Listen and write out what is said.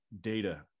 data